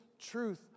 truth